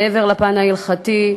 מעבר לפן ההלכתי,